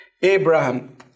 Abraham